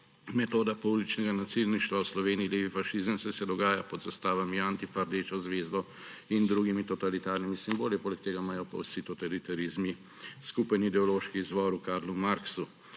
metoda pouličnega nasilništva v Sloveniji levi fašizem, saj se dogaja pod zastavami Antife, rdečo zvezdo in drugimi totalitarnimi simboli, poleg tega pa imajo vsi totalitarizmi skupen ideološki izvor v Karlu Marxu.